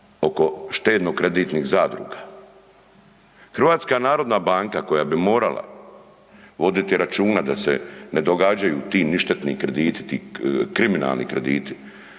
oko štedno kreditnih zadruga. HNB koja bi morala voditi računa da se ne događaju ti ništetni krediti ti kriminalni krediti,